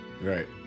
Right